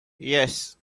yes